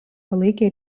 palaikė